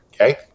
okay